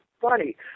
funny